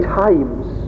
times